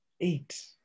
Eight